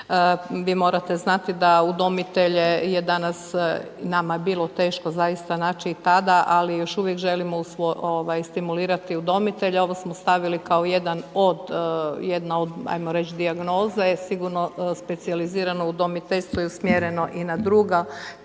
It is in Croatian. vi morate znati da udomitelje je danas, nama je bilo teško zaista naći i tada, ali još uvijek želimo stimulirati udomitelje. Ovo smo stavili kao jedan od, jedna od ajmo reći dijagnoza je sigurno specijalizirano udomiteljstvo je usmjereno i na druga